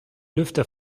lüfter